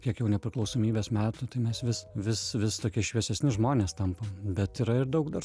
kiek jau nepriklausomybės metų tai mes vis vis vis tokie šviesesni žmonės tampam bet yra ir daug dar